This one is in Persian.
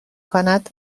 کند